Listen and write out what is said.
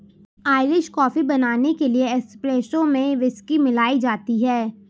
Irish coffee बनाने के लिए एस्प्रेसो कॉफी में व्हिस्की मिलाई जाती है